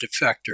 defector